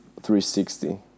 360